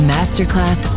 Masterclass